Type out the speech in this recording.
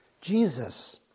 Jesus